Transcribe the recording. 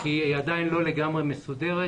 כי הוא עדיין לא לגמרי מסודר.